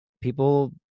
people